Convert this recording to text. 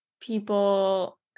people